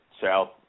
south